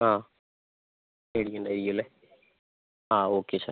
ആ പേടിക്കേണ്ടായിരിക്കും അല്ലേ ആ ഓക്കെ സാർ